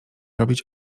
robić